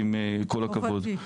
כל הכבוד.